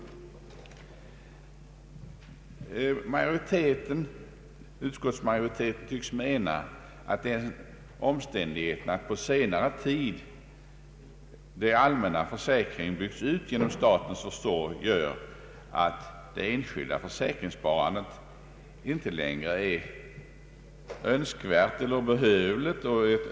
I motsättning härtill synes utskottsmajoriteten mena att den omständigheten, att på senare tid den allmänna försäkringen byggts ut genom statens försorg, gör att det enskilda försäkringssparandet inte längre är önskvärt utan tvärtom närmast obehövligt.